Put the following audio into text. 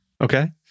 Okay